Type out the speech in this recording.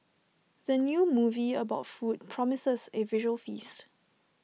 the new movie about food promises A visual feast